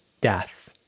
death